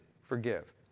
forgive